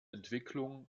entwicklung